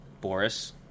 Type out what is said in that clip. Boris